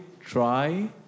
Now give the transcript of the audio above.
try